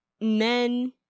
men